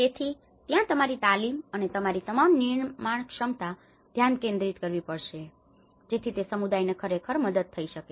તેથી ત્યાં તમારી તાલીમ અને તમારી તમામ નિર્માણ ક્ષમતા ધ્યાન કેન્દ્રિત કરવી પડશે જેથી તે સમુદાયોને ખરેખર મદદ થઈ શકે